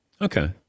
Okay